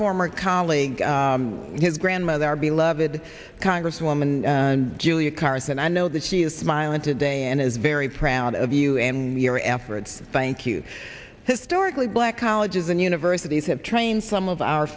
former colleague his grandmother our beloved congresswoman julia carson i know that she is smiling today and is very proud of you and your efforts thank you historically black colleges and universities have trained some of our